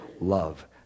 love